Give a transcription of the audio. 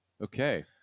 Okay